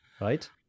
right